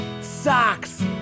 Socks